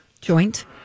Joint